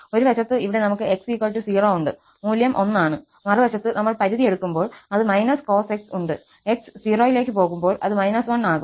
ഒരു വശത്ത് ഇവിടെ നമുക്ക് x 0 ഉണ്ട് മൂല്യം 1 ആണ് മറുവശത്ത് നമ്മൾ പരിധി എടുക്കുമ്പോൾ അത് cos x ഉണ്ട് x 0 ലേക്ക് പോകുമ്പോൾ അത് −1 ആകും